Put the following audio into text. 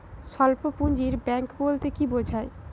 স্বল্প পুঁজির ব্যাঙ্ক বলতে কি বোঝায়?